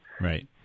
Right